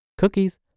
Cookies